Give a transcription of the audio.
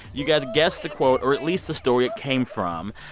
you guys guess the quote or, at least, the story it came from.